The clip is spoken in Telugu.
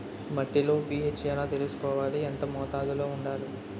మట్టిలో పీ.హెచ్ ఎలా తెలుసుకోవాలి? ఎంత మోతాదులో వుండాలి?